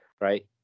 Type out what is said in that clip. right